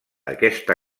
aquesta